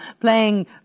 playing